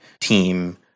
team